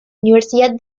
universidad